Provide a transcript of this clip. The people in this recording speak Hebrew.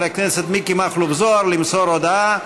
הכנסת מיקי מכלוף זוהר למסור הודעה.